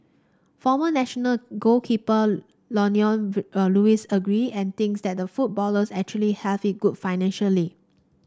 former national goalkeeper Lionel Lewis agree and thinks that footballers actually have it good financially